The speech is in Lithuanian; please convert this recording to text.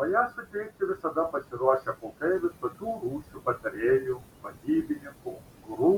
o ją suteikti visada pasiruošę pulkai visokių rūšių patarėjų vadybininkų guru